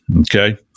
okay